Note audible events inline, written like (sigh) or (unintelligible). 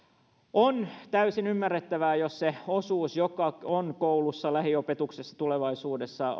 on täysin ymmärrettävää jos se osuus joka on koulussa lähiopetuksessa tulevaisuudessa (unintelligible)